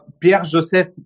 Pierre-Joseph